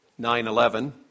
9-11